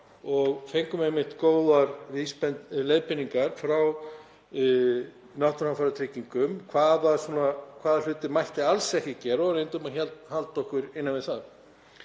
og fengum einmitt góðar leiðbeiningar frá Náttúruhamfaratryggingu um hvaða hluti mætti alls ekki gera og reyndum að halda okkur innan við það.